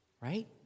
right